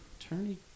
attorney